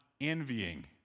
envying